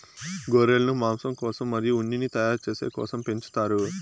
గొర్రెలను మాంసం కోసం మరియు ఉన్నిని తయారు చేసే కోసం పెంచుతారు